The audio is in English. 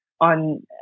on